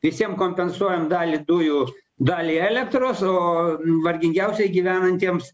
visiem kompensuojam dalį dujų dalį elektros o vargingiausiai gyvenantiems